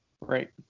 Right